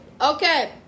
Okay